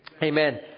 Amen